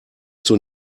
zur